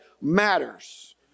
matters